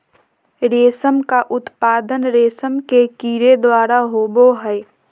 रेशम का उत्पादन रेशम के कीड़े द्वारा होबो हइ